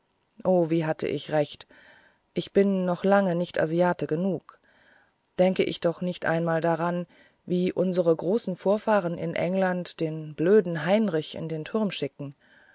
o wie hatte ich recht ich bin noch lange nicht asiate genug denke ich doch nicht einmal daran wie unsere großen vorfahren in england den blöden heinrich in den turm zu schicken